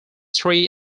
three